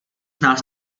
nás